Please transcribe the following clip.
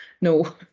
no